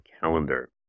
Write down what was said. Calendar